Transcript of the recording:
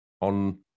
on